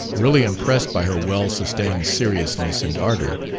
really impressed by her well-sustained seriousness and ardor,